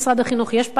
יש פיילוט, והוא מצוין.